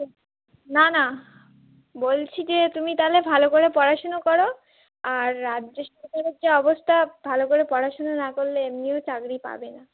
হুম না না বলছি যে তুমি তাহলে ভালো করে পড়াশুনো করো আর রাজ্য সরকারের যা অবস্থা ভালো করে পড়াশুনো না করলে এমনিও চাকরি পাবে না